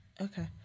okay